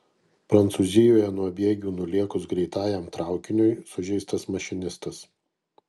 prancūzijoje nuo bėgių nulėkus greitajam traukiniui sužeistas mašinistas